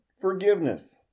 forgiveness